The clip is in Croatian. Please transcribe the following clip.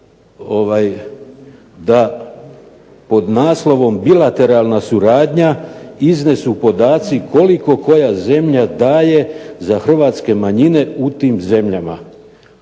da pod naslovom bilateralna suradnja iznesu podaci koliko koja zemlja daje za hrvatske manjine u tim zemljama.